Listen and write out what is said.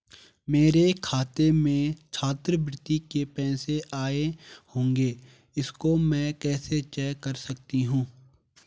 मेरे खाते में छात्रवृत्ति के पैसे आए होंगे इसको मैं कैसे चेक कर सकती हूँ?